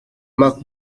marc